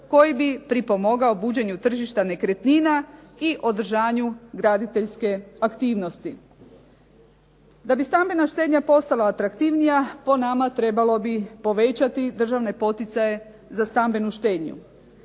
koji bi pripomogao buđenju tržišta nekretnina i održanju graditeljske aktivnosti. Da bi stambena štednja postala atraktivnija, po nama, trebalo bi povećati državne poticaje za stambenu štednju.